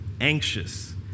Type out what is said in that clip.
anxious